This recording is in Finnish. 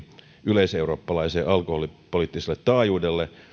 yleiseurooppalaiselle alkoholipoliittiselle taajuudelle